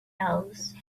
else